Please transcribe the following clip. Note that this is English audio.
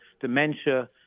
dementia